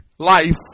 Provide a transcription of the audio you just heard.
Life